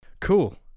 cool